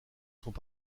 sont